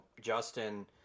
Justin